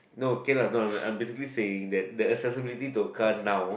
no okay lah no I'm I'm basically saying that the accessibility to a car now